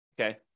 Okay